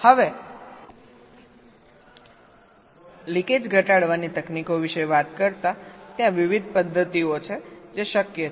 હવે લિકેજ ઘટાડવાની તકનીકો વિશે વાત કરતા ત્યાં વિવિધ પદ્ધતિઓ છે જે શક્ય છે